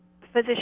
physician